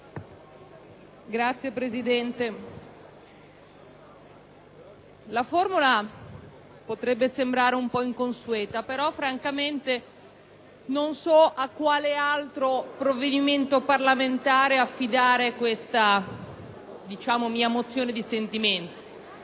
la formula potrebbe sembrare un po' inconsueta, ma francamente non so a quale altro momento parlamentare affidare questa mia mozione di sentimento;